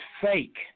fake